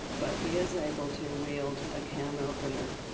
but he is able to wield a can opener.